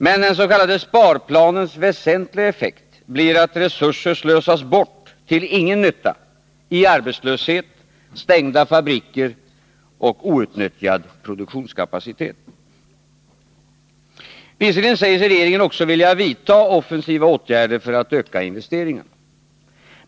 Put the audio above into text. Men den s.k. sparplanens väsentliga effekt blir att resurser slösas bort till ingen nytta i arbetslöshet, stängda fabriker och outnyttjad produktionskapacitet. Visserligen säger sig regeringen också vilja vidta offensiva åtgärder för att öka investeringarna.